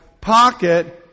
pocket